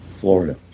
Florida